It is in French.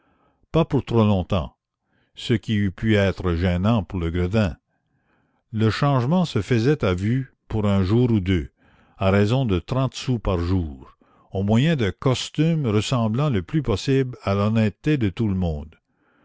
pas pour trop longtemps ce qui eût pu être gênant pour le gredin le changement se faisait à vue pour un jour ou deux à raison de trente sous par jour au moyen d'un costume ressemblant le plus possible à l'honnêteté de tout le monde